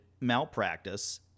malpractice